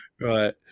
Right